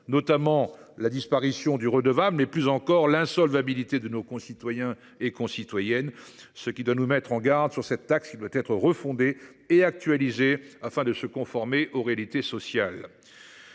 Notamment la disparition du redevable, mais plus encore l’insolvabilité de nos concitoyens et concitoyennes. Cela doit nous mettre en garde sur cette taxe, qui doit être refondée et actualisée afin de se conformer aux réalités sociales.